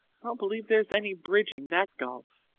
i don't believe there's any bridging that gulf!